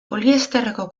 poliesterreko